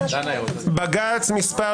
בג"ץ מס'